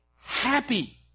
Happy